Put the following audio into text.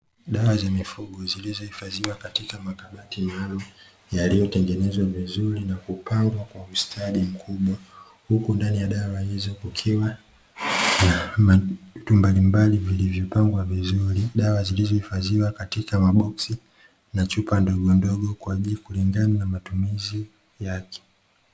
Dawa za mifugo zilizohifadhiwa katika makabati maalum yaliyotengenezwa vizuri na kupangwa kwa ustadi mkubwa. Huku ndani ya dawa hizo kukiwa na matu mbalimbali vilivyopangwa vizuri. awa zilizohifadhiwa katika maboksi na chupa ndogo ndogo kwa ajili kulingana na matumizi yake.